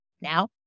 Now